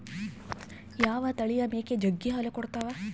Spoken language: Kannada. ಯಾವ ತಳಿಯ ಮೇಕೆ ಜಗ್ಗಿ ಹಾಲು ಕೊಡ್ತಾವ?